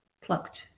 plucked